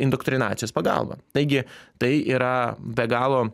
indoktrinacijos pagalba taigi tai yra be galo